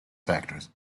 factors